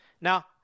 Now